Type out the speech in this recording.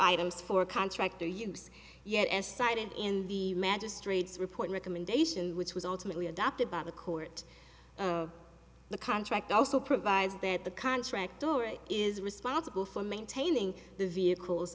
items for contractor use yet as cited in the magistrate's report recommendation which was alternately adopted by the court of the contract also provides that the contractor is responsible for maintaining the vehicles